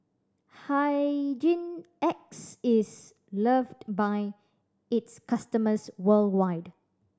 Hygin X is loved by its customers worldwide